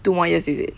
two more years is it